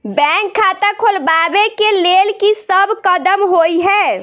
Bank खाता खोलबाबै केँ लेल की सब कदम होइ हय?